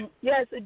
Yes